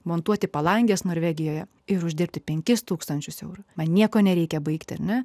montuoti palanges norvegijoje ir uždirbti penkis tūkstančius eurų man nieko nereikia baigti ne